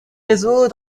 réseaux